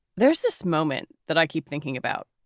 there's this moment that i keep thinking about.